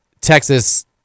Texas